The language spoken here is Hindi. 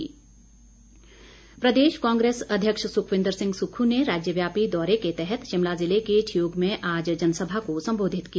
सुक्ख प्रदेश कांग्रेस अध्यक्ष सुखविन्दर सिंह सुक्खू ने राज्यव्यापी दौरे के तहत शिमला जिले के ठियोग में आज जनसभा को संबोधित किया